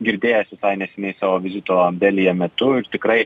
girdėjęs visai neseniai savo vizito delyje metu ir tikrai